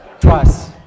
Twice